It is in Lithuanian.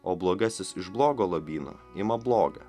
o blogasis iš blogo lobyno ima bloga